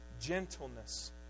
gentleness